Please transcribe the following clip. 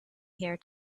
here